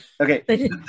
Okay